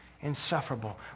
insufferable